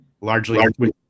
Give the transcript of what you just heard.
largely